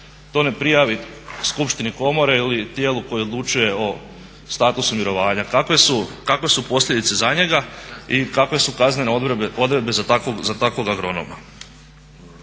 to ne prijavi skupštini komore ili tijelu koje odlučuje o statusu mirovanja? Kakve su posljedice za njega i kakve su kaznene odredbe za takvog agronoma?